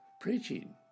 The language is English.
preaching